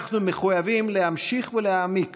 אנחנו מחויבים להמשיך ולהעמיק